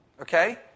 Okay